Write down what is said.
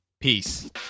Peace